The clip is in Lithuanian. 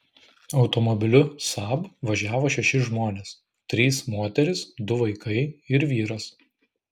automobiliu saab važiavo šeši žmonės trys moterys du vaikai ir vyras